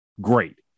Great